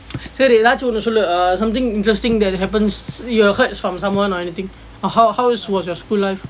சரி ஏதாவது ஒன்னு சொல்லு:sari aethaavathu onnu sollu uh something interesting that happens you heard from someone or anything uh how how was your school life